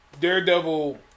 Daredevil